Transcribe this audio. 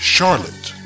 Charlotte